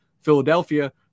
Philadelphia